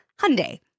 Hyundai